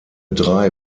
drei